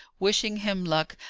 wishing him luck,